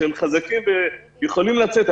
שהם חזקים ויכולים לצאת,